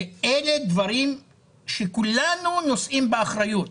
אלה דברים שכולנו נושאים באחריות.